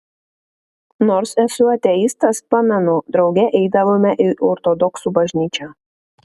nors esu ateistas pamenu drauge eidavome į ortodoksų bažnyčią